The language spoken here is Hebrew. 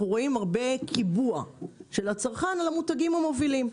אנחנו רואים הרבה קיבוע של הצרכן למותגים המובילים.